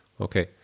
Okay